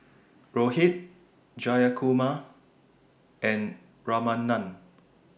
Rohit Jayakumar and Ramanand